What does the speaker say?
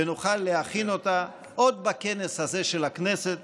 ונוכל להכין אותה עוד בכנס הזה של הכנסת